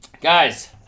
Guys